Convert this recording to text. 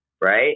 right